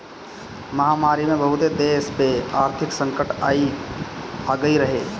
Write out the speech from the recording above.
महामारी में बहुते देस पअ आर्थिक संकट आगई रहे